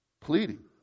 pleading